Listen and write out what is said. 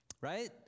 right